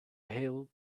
hail